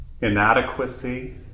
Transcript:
inadequacy